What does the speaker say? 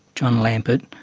john lampert,